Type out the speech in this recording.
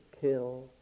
kill